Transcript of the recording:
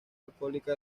alcohólica